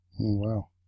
wow